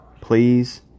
please